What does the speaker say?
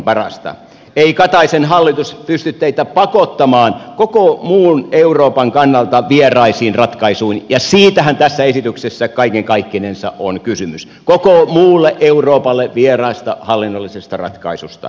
ei kataisen hallitus pysty teitä pakottamaan koko muun euroopan kannalta vieraisiin ratkaisuihin ja siitähän tässä esityksessä kaiken kaikkinensa on kysymys koko muulle euroopalle vieraasta hallinnollisesta ratkaisusta